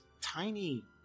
tiny